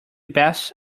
best